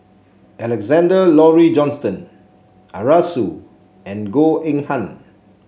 Alexander Laurie Johnston Arasu and Goh Eng Han